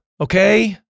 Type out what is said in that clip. Okay